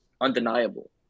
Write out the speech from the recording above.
undeniable